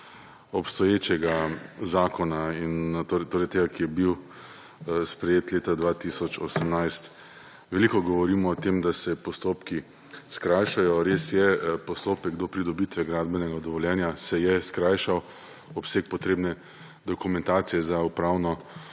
obstoječega zakona, torej tega, ki je bil sprejet leta 2018. Veliko govorimo o tem, da se postopki skrajšajo. Res je, postopek do pridobitve gradbenega dovoljenja se je skrajšal. Obseg potrebne dokumentacije za upravno